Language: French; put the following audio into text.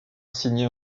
signer